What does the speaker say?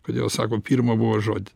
kodėl sako pirma buvo žodis